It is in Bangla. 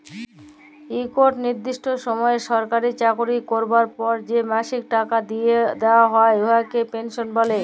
ইকট লিরদিষ্ট সময় সরকারি চাকরি ক্যরার পর যে মাসিক টাকা দিয়া হ্যয় উয়াকে পেলসল্ ব্যলে